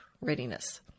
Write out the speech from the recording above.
readiness